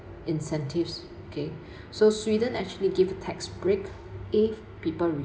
incentives okay so sweden actually give a tax break if people